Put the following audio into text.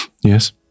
Yes